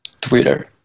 Twitter